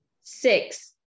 Six